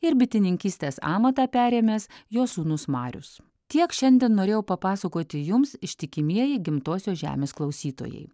ir bitininkystės amatą perėmęs jo sūnus marius tiek šiandien norėjau papasakoti jums ištikimieji gimtosios žemės klausytojai